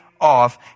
off